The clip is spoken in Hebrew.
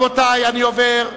אני עובר להצבעה.